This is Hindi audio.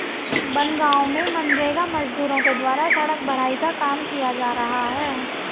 बनगाँव में मनरेगा मजदूरों के द्वारा सड़क भराई का काम किया जा रहा है